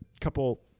couple